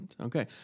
Okay